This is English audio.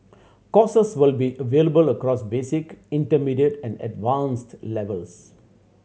courses will be available across basic intermediate and advanced levels